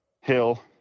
Hill